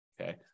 Okay